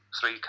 three